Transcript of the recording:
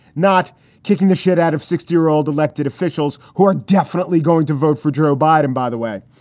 not kicking the shit out of sixty year old elected officials who are definitely going to vote for joe biden, by the way.